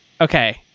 Okay